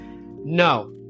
no